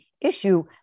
issue